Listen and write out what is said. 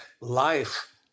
life